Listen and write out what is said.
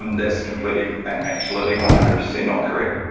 that's completely and absolutely one hundred percent not correct.